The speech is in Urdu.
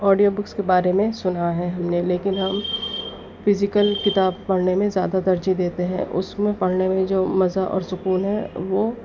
آڈیو بکس کے بارے میں سنا ہے ہم ںے لیکن ہم فزیکل کتاب پڑھنے میں زیادہ ترجیح دیتے ہیں اس میں پڑھنے میں جو مزہ اور سکون ہے وہ